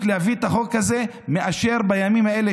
להביא את החוק הזה מאשר בימים האלה,